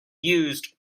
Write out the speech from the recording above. used